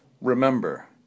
Remember